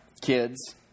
kids